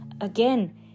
Again